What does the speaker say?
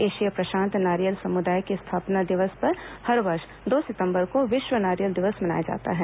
Asia प्रशांत नारियल समुदाय के स्थापना दिवस पर हर वर्ष दो सितम्बर को विश्व नारियल दिवस मनाया जाता है